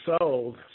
sold